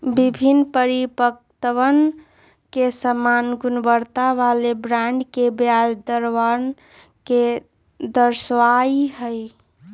विभिन्न परिपक्वतवन पर समान गुणवत्ता वाला बॉन्ड के ब्याज दरवन के दर्शावा हई